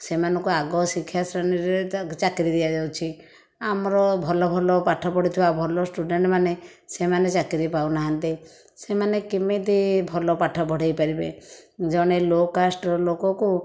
ସେମାନଙ୍କୁ ଆଗ ଶିକ୍ଷା ଶ୍ରେଣୀରେ ଚାକିରି ଦିଆଯାଉଛି ଆମର ଭଲ ଭଲ ପାଠ ପଢ଼ୁଥିବା ଭଲ ଷ୍ଟୁଡେଣ୍ଟମାନେ ସେମାନେ ଚାକିରି ପାଉନାହାଁନ୍ତି ସେମାନେ କେମିତି ଭଲ ପାଠ ପଢ଼େଇ ପାରିବେ ଜଣେ ଲୋ କାଷ୍ଟ୍ର ଲୋକକୁ